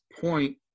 point –